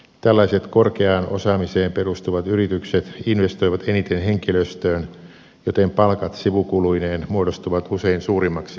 tällaiset korkeaan osaamiseen perustuvat yritykset investoivat eniten henkilöstöön joten palkat sivukuluineen muodostuvat usein suurimmaksi kulueräksi